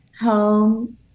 home